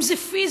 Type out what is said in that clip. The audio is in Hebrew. אם היא פיזית,